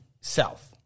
south